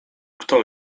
kto